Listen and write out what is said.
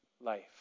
life